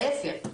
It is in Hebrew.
להפך,